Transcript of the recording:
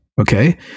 Okay